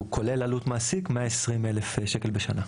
הוא כולל עלות מעסיק 120 אלף שקל בשנה.